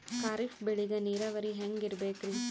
ಖರೀಫ್ ಬೇಳಿಗ ನೀರಾವರಿ ಹ್ಯಾಂಗ್ ಇರ್ಬೇಕರಿ?